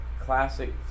classic